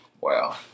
Wow